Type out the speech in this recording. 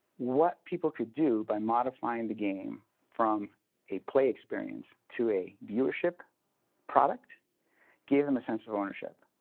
what people could do by modifying the game from a play experience to a viewership product gave them a sense of ownership.